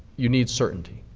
you need certainty.